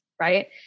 right